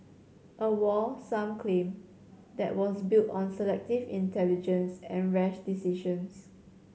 a war some claim that was built on selective intelligence and rash decisions